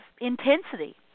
intensity